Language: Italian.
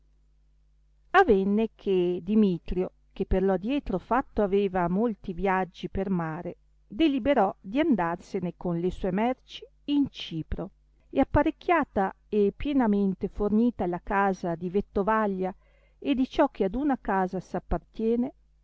avenne che dimitrio che per lo adietro fatto aveva molti viaggi per mare deliberò di andarsene con le sue merci in cipro e apparecchiata e pienamente fornita la casa di vettovaglia e di ciò che ad una casa s'appartiene